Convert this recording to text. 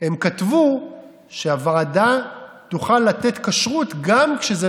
הם כתבו שהוועדה תוכל לתת כשרות גם כשזה